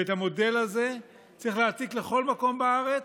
את המודל הזה צריך להעתיק לכל מקום בארץ,